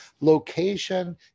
Location